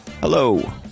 Hello